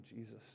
Jesus